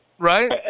Right